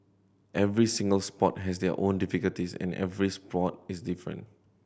every single sport has their own difficulties and every sport is different